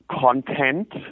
content